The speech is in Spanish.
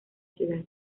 ciudad